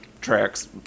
tracks